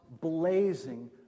blazing